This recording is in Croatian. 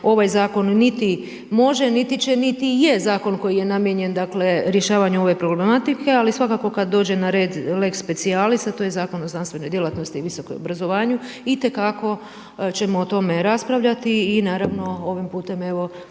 ovaj zakon niti može niti će niti je zakon koji je namijenjen rješavanju ove problematike ali svakako kad dođe na red lex specialis a to je Zakon o znanstvenoj djelatnosti i visokom obrazovanju, itekako ćemo o tome raspravljati i naravno, ovim putem evo